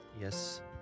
Yes